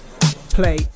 play